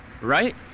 Right